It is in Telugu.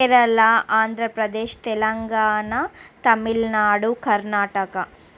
కేరళ ఆంధ్రప్రదేశ్ తెలంగాణ తమిళనాడు కర్ణాటక